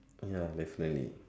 ya definitely